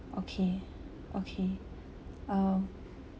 okay okay um